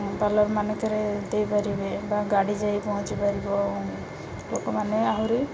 ପାର୍ଲର୍ମାନଙ୍କରେ ଦେଇପାରିବେ ବା ଗାଡ଼ି ଯାଇ ପହଞ୍ଚିପାରିବ ଲୋକମାନେ ଆହୁରି